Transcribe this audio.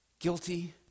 guilty